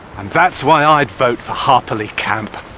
and that's why i'd vote for harperley camp.